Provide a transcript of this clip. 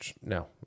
No